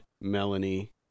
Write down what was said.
Melanie